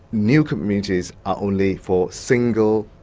new communities are only for single,